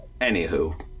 anywho